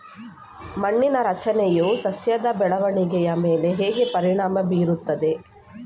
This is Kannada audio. ಮಣ್ಣಿನ ರಚನೆಯು ಸಸ್ಯದ ಬೆಳವಣಿಗೆಯ ಮೇಲೆ ಹೇಗೆ ಪರಿಣಾಮ ಬೀರುತ್ತದೆ?